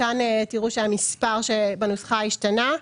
כאן תראו שהמספר שבנוסחה השתנה,